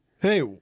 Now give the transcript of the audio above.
hey